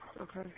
Okay